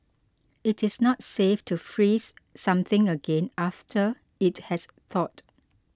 it is not safe to freeze something again after it has thawed